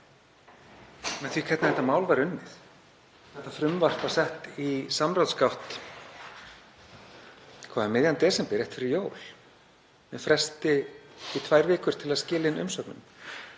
með því hvernig þetta mál var unnið. Þetta frumvarp var sett í samráðsgátt um miðjan desember, rétt fyrir jól, með fresti í tvær vikur til að skila inn umsögnum.